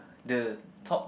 the top